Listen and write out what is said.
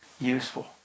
Useful